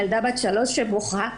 ילדה בת שלוש שבוכה,